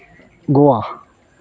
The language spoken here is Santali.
ᱜᱳᱣᱟ